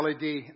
LED